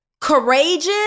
courageous